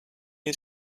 you